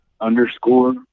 underscore